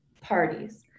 parties